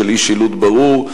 בשל אי-שילוט ברור.